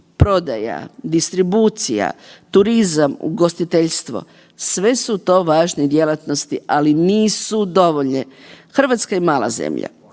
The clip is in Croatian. prodaja, distribucija, turizam, ugostiteljstvo. Sve su to važne djelatnosti, ali nisu dovoljne. RH je mala zemlja,